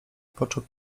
począł